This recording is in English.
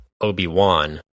Obi-Wan